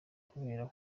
kubera